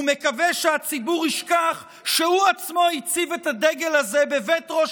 ומקווה שהציבור ישכח שהוא עצמו הציב את הדגל הזה בבית ראש